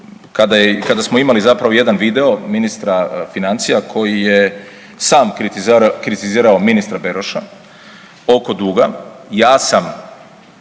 kada smo imali zapravo jedan video ministra financija koji je sam kritizirao ministra Beroša oko duga, ja sam